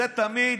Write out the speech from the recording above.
זה תמיד